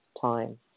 time